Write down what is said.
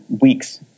weeks